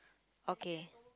okay